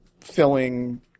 filling